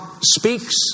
speaks